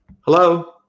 Hello